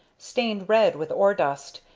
stained red with ore-dust,